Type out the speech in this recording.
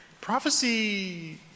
Prophecy